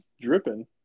dripping